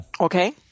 Okay